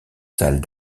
salles